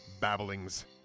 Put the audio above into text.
babblings